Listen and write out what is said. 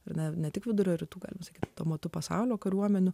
ir ne tik vidurio rytų galima sakyti tuo metu pasaulio kariuomenių